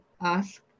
ask